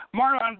Marlon